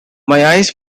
eyes